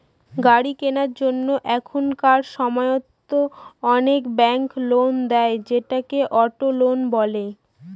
গাড়ি কেনার জন্য এখনকার সময়তো অনেক ব্যাঙ্ক লোন দেয়, সেটাকে অটো লোন বলে